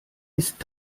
ist